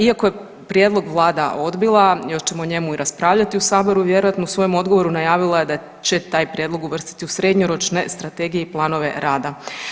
Iako je prijedlog vlada odbila još ćemo o njemu i raspravljati u saboru vjerojatno, u svojem odgovoru najavila je da će taj prijedlog uvrstiti u srednjoročne strategije i planove rada.